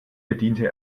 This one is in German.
bediente